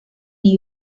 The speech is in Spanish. new